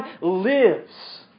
lives